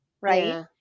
right